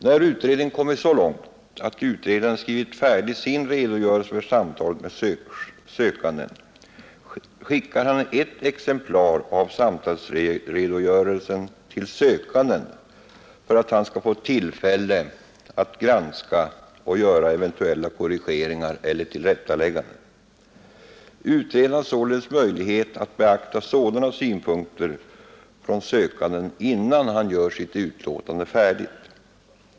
När utredningen kommit så långt att utredaren skrivit färdig sin redogörelse för samtalet med sökanden skickar han ett exemplar av samtalsredogörelsen till sökanden för att denne skall få tillfälle att granska den och göra eventuella korrigeringar eller tillrättalägganden. Utredaren har således möjlighet att beakta sådana synpunkter från sökanden innan han gör sitt utlåtande klart.